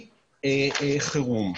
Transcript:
חירום.